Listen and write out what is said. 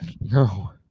No